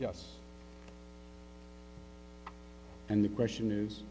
yes and the question is